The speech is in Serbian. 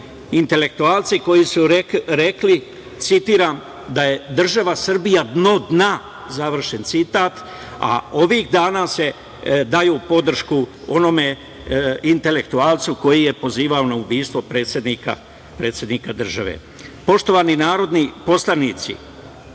intelektualci koji su rekli, citiram, da je država Srbija dno dna, završen citat, a ovih dana daju podršku onom intelektualcu koji je pozivao na ubistvo predsednika države. Poštovani narodni poslanici,